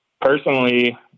personally